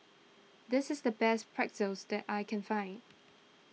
this is the best Pretzel that I can find